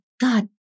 God